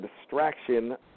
distraction